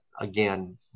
again